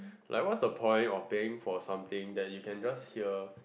like what's the point of paying for something that you can just hear